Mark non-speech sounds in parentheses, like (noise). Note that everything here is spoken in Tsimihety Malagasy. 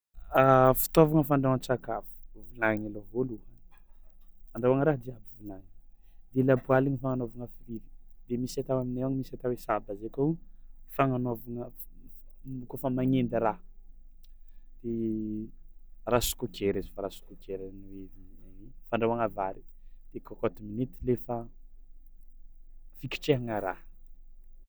(hesitation) Fitaovagna fandrahoàn-tsakafo: vilagny alôha voalôhany (noise) andrahoana raha jiaby vilany de lapoaly ny fagnanaovagna friry de misy atao aminay ao misy atao hoe saba zay koa o fagnanaovagna f- f- mo- kaofa magnendy raha de race cooker izy fa race cooker zany (unintelligible) fandrahoàgna vary de cocotte minute le fa- fikitrehagna raha.